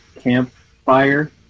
campfire